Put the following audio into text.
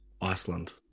Iceland